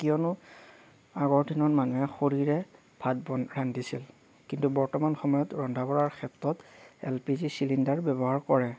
কিয়নো আগৰ দিনত মানুহে খৰিৰে ভাত বন ৰান্ধিছিল কিন্তু বৰ্তমান সময়ত ৰন্ধা বঢ়াৰ ক্ষেত্ৰত এল পি জি চিলিণ্ডাৰ ব্যৱহাৰ কৰে